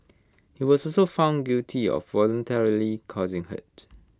he was also found guilty of voluntarily causing hurt